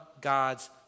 God's